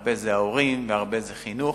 הרבה זה ההורים והרבה זה חינוך.